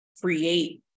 create